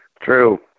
true